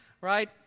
right